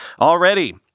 Already